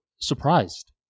surprised